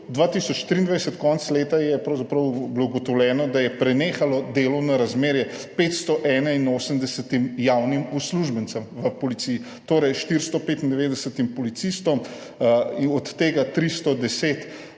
2023 je bilo pravzaprav ugotovljeno, da je prenehalo delovno razmerje 581 javnim uslužbencem v Policiji, torej 495 policistom, od tega 310